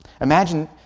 Imagine